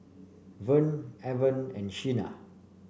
Vern Avon and Shena